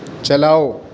چلاؤ